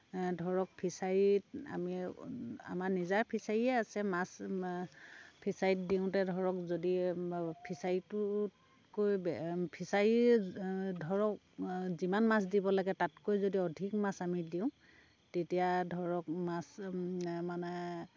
ধৰক ফিছাৰীত আমি আমা নিজা ফিছাৰীয়ে আছে মাছ ফিছাৰীত দিওঁতে ধৰক যদি ফিছাৰীটোতকৈ ফিছাৰী ধৰক যিমান মাছ দিব লাগে তাতকৈ যদি অধিক মাছ আমি দিওঁ তেতিয়া ধৰক মাছ মানে